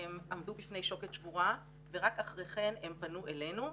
הם עמדו בפני שוקת שבורה ורק אחרי כן הם פנו אלינו,